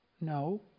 No